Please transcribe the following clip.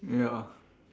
ya